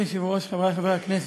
אדוני היושב-ראש, חברי חברי הכנסת,